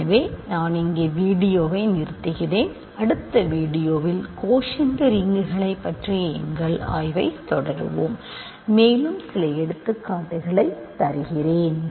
எனவே நான் இங்கே வீடியோவை நிறுத்துகிறேன் அடுத்த வீடியோவில் கோஷன்ட் ரிங்குகளைப் பற்றிய எங்கள் ஆய்வைத் தொடருவோம் மேலும் சில எடுத்துக்காட்டுகளை தருகிறேன்